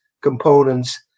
components